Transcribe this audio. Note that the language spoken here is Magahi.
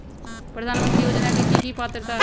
प्रधानमंत्री योजना के की की पात्रता है?